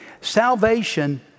Salvation